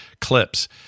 Clips